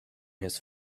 his